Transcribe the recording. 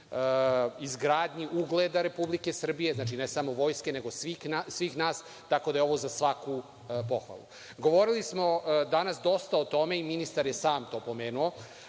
izgradnji ugleda Republike Srbije, znači ne samo Vojske, nego svih nas, tako da je ovo za svaku pohvalu. Govorili smo danas dosta o tome i ministar je sam to pomenuo